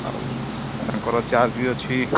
ଆଉ ତାଙ୍କର ଚାର୍ଜ୍ ବି ଅଛି